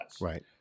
right